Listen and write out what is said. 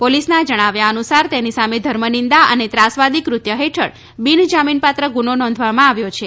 પોલીસના જણાવ્યા અનુસાર તેની સામે ધર્મનિંદા અને ત્રાસવાદી કૃત્ય હેઠળ બીન જામીનપાત્ર ગુનો નોંધાવામાં આવ્યો છે